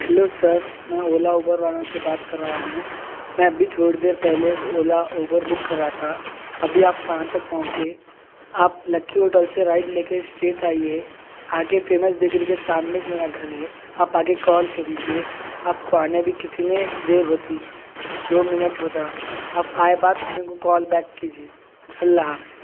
hello sir میں Ola Uber والوں سے بات کر رہا ہوں میں ابھی تھوڑی دیر پہلے اولا اوبر بک کر رہا تھا ابھی آپ کہاں تک پہنچے آپ لکی ہوٹل سے رائٹ لے کے اسٹریٹ آئیے آگے فیمس بیکری کے سامنیچ میرا گھر ہے آپ آکے کال کر لیجئے آپ کو آنا بھی کتنے دیر ہوتی دو منٹ ہوتا آپ آئے بعد میرے کو کال بیک کیجیئے اللہ حافظ